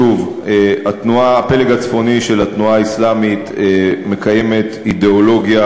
שוב: הפלג הצפוני של התנועה האסלאמית מקיים אידיאולוגיה